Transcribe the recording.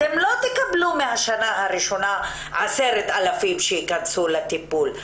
לא תקבלו מהשנה הראשונה 10,000 שייכנסו לטיפול.